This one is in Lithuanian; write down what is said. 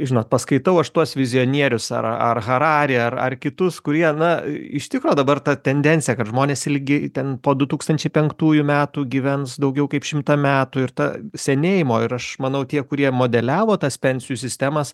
žinot paskaitau aš tuos vizionierius ar ar hararė ar ar kitus kurie na iš tikro dabar ta tendencija kad žmonės ilgi ten po du tūkstančiai penktųjų metų gyvens daugiau kaip šimtą metų ir ta senėjimo ir aš manau tie kurie modeliavo tas pensijų sistemas